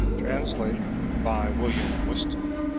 translated by william whiston